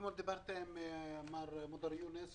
אתמול דיברתי עם מר מודר יונס,